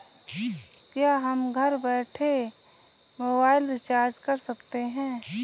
क्या हम घर बैठे मोबाइल रिचार्ज कर सकते हैं?